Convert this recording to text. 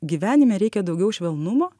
gyvenime reikia daugiau švelnumo